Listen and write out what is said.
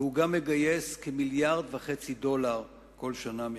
והוא גם מגייס כמיליארד וחצי דולר כל שנה מחו"ל.